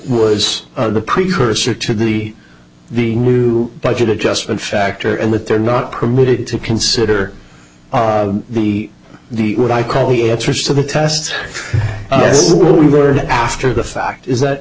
was the precursor to the the new budget adjustment factor and that they're not permitted to consider the the what i call the answers to the test were it after the fact is that